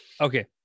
Okay